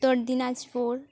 Uttar Dinajpur